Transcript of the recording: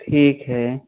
ठीक है